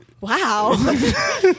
wow